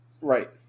right